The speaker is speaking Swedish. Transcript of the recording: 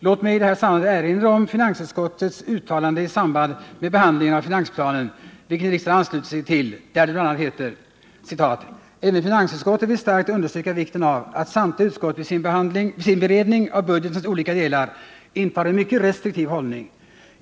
Låt mig i detta sammanhang erinra om finansutskottets uttalande i samband med behandlingen av finansplanen, vilket riksdagen anslutit sig till, där det bl.a. heter: ” Även finansutskottet vill starkt understryka vikten av att samtliga utskott vid sin beredning av budgetens olika delar intar en mycket restriktiv hållning.